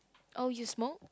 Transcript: oh you smoke